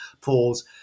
pools